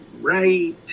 right